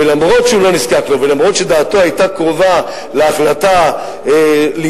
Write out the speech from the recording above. ואף-על-פי שהוא לא נזקק לו ואף-על-פי שדעתו היתה קרובה להחלטה להתנגד,